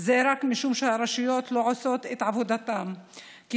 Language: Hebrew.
זה רק משום שהרשויות לא עושות את עבודתן כי